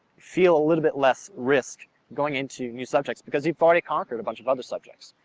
feel a little bit less risk going into your subjects, because you've already conquered a bunch of other subjects.